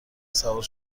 سوار